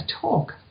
talk